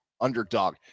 underdog